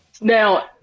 Now